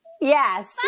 Yes